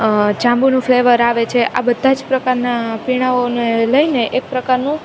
જાંબુનું flavour આવે છે આ બધા જ પ્રકારના પીણાંઓને લઈને એક પ્રકારનું